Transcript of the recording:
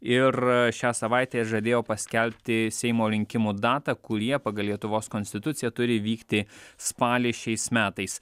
ir šią savaitę žadėjo paskelbti seimo rinkimų datą kurie pagal lietuvos konstituciją turi vykti spalį šiais metais